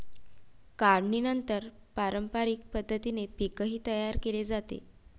काढणीनंतर पारंपरिक पद्धतीने पीकही तयार केले जाते